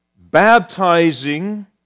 baptizing